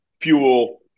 fuel